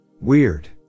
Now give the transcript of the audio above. Weird